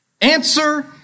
Answer